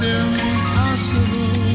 impossible